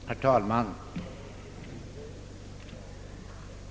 Herr talman!